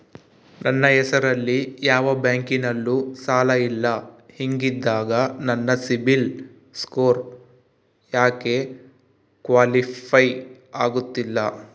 ನನ್ನ ಹೆಸರಲ್ಲಿ ಯಾವ ಬ್ಯಾಂಕಿನಲ್ಲೂ ಸಾಲ ಇಲ್ಲ ಹಿಂಗಿದ್ದಾಗ ನನ್ನ ಸಿಬಿಲ್ ಸ್ಕೋರ್ ಯಾಕೆ ಕ್ವಾಲಿಫೈ ಆಗುತ್ತಿಲ್ಲ?